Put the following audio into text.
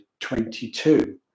22